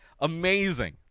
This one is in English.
Amazing